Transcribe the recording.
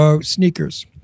sneakers